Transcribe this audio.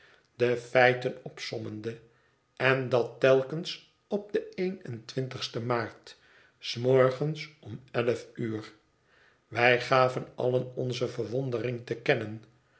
de feiten opsommende en dat telkens op den een en twintigsten maart s morgens om elf uur wij gaven allen onze verwondering te kennen